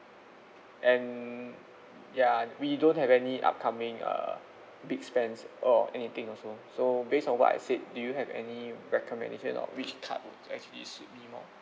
and ya we don't have any upcoming err big spends or anything also so based on what I said do you have any recommendation on which card actually suit me more